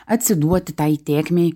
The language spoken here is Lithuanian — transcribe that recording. atsiduoti tai tėkmei